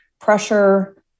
pressure